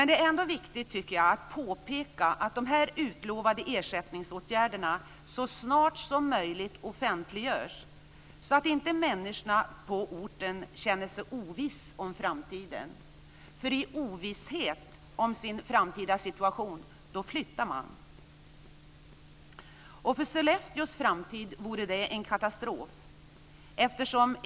Det är ändå viktigt att påpeka att de utlovade ersättningsåtgärderna så snart som möjligt offentliggörs så att inte människorna på orten känner sig ovissa om framtiden. I ovisshet om sin framtida situation flyttar man från orten, och för Sollefteås framtid vore det en katastrof.